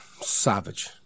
Savage